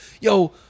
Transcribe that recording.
Yo